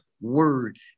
word